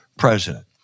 President